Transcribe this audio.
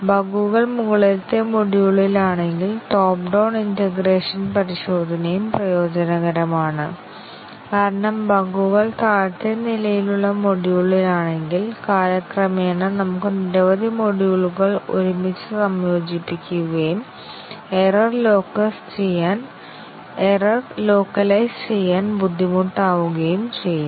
ബഗ്ഗുകൾ മുകളിലത്തെ മൊഡ്യൂളിലാണെങ്കിൽ top down integration പരിശോധനയും പ്രയോജനകരമാണ് കാരണം ബഗ്ഗുകൾ താഴത്തെ നിലയിലുള്ള മൊഡ്യൂളിലാണെങ്കിൽ കാലക്രമേണ നമുക്ക് നിരവധി മൊഡ്യൂളുകൾ ഒരുമിച്ച് സംയോജിപ്പിക്കുകയും എറർ ലോക്കലൈസ് ചെയ്യാൻ ബുദ്ധിമുട്ടാവുകയും ചെയ്യും